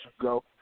go